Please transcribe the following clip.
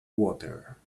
water